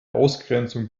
ausgrenzung